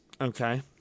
Okay